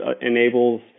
enables